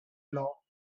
law